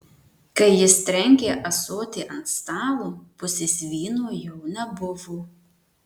kai jis trenkė ąsotį ant stalo pusės vyno jau nebuvo